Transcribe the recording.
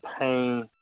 pain